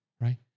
Right